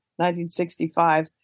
1965